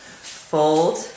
fold